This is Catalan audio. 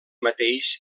mateix